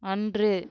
அன்று